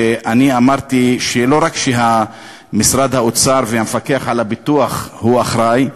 ואני אמרתי שלא רק שמשרד האוצר והמפקח על הביטוח אחראים,